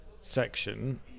section